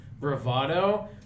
bravado